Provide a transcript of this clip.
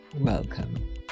welcome